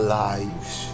lives